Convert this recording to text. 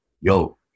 Yo